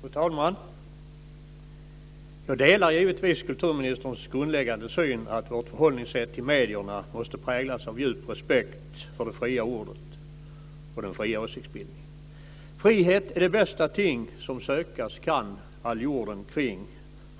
Fru talman! Jag delar givetvis kulturministerns grundläggande syn att vårt förhållningssätt till medierna måste präglas av djup respekt för det fria ordet och den fria åsiktsbildningen. "Frihet är det bästa ting, som sökas kan all jorden kring,